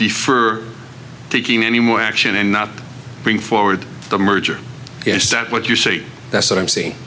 defer taking any more action and not bring forward the merger is that what you see that's what i'm seeing